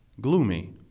gloomy